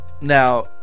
Now